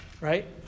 Right